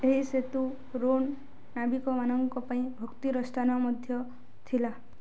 ଏହି ସେତୁ ରୋନ୍ ନାବିକମାନଙ୍କ ପାଇଁ ଭକ୍ତିର ସ୍ଥାନ ମଧ୍ୟ ଥିଲା